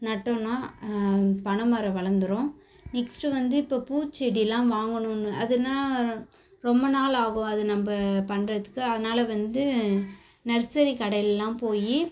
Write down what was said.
நட்டோன்னா பனைமரம் வளர்ந்துரும் நெக்ஸ்ட்டு வந்து இப்போ பூச்செடிலாம் வாங்கணுன்னு அதுன்னா ரொம்ப நாள் ஆகும் அது நம்ம பண்ணுறதுக்கு அதனால் வந்து நர்சரி கடையிலெலாம் போய்